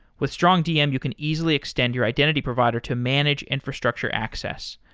with strongdm, you can easily extend your identity provider to manage infrastructure access.